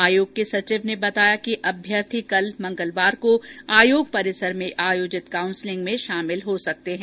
आयोग के सचिव ने बताया कि अभ्यर्थी कल मंगलवार को आयोग परिसर में आयोजित काउंसलिंग में शामिल हो सकते हैं